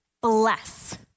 bless